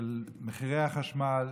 של מחירי החשמל,